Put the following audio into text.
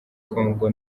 congo